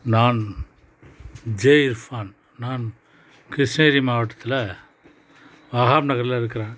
நான் ஜே இர்ஃபான் நான் கிருஷ்ணகிரி மாவட்டத்தில் வஹாம் நகரில் இருக்கிறேன்